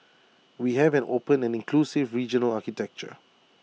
we have an open and inclusive regional architecture